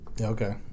Okay